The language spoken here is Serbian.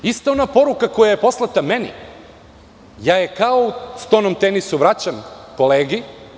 Ista ona poruka koja je poslata meni, ja je kao u stonom tenisu vraćam kolegi.